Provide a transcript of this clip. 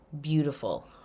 beautiful